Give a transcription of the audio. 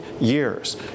years